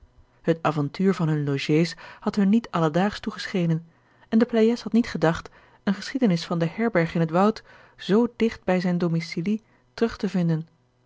het avontuur van hunne logés had hun niet alledaagsch toegeschenen en de pleyes had niet gedacht eene geschiedenis van de herberg in het woud zoo digt bij zijn domicilie terug te vinden